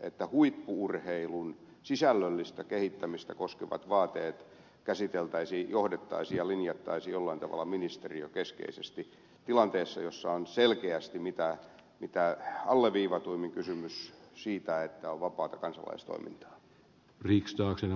että huippu urheilun sisällöllistä kehittämistä koskevat vaateet käsiteltäisiin johdettaisiin ja linjattaisiin jollain tavalla ministeriökeskeisesti tilanteessa jossa on selkeästi mitä alleviivatuimmin kysymys siitä että se on vapaata kansalaistoimintaa